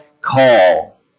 call